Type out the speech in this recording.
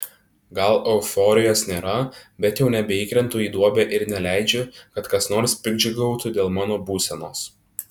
gal euforijos nėra bet jau nebeįkrentu į duobę ir neleidžiu kad kas nors piktdžiugiautų dėl mano būsenos